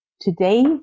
Today